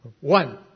One